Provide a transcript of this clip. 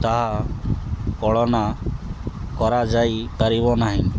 ତାହା କଳନା କରାଯାଇ ପାରିବ ନାହିଁ